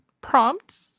prompts